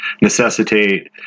necessitate